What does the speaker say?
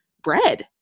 bread